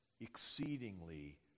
exceedingly